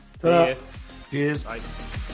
Cheers